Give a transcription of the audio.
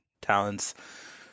talents